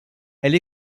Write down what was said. elle